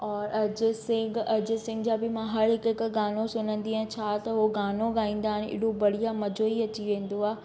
और अजय सिंघ अजय सिंघ जा बि मां हर हिकु हिकु गानो सुनंदी आहियां छा त उहो गानो ॻाईंदा आहिनि हेॾो बढ़िया मज़ो ई अची वेंदो आहे